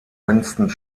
winston